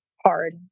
hard